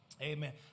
Amen